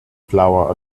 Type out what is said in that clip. flower